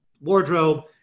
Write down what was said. wardrobe